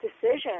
decision